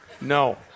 No